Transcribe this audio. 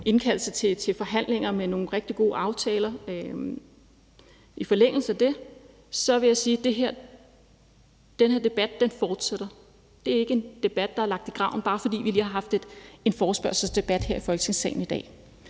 indkaldelse til forhandlinger om nogle rigtig gode aftaler. I forlængelse af det vil jeg sige, at den her debat fortsætter. Det er ikke en debat, der er lagt i graven, bare fordi vi lige har haft en forespørgselsdebat her i Folketingssalen i dag.